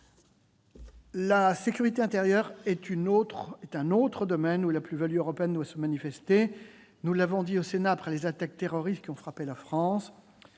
La sécurité intérieure est un autre domaine où la plus-value européenne doit se manifester. Nous l'avons dit au Sénat après les attaques terroristes qui ont frappé la France.